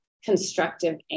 constructive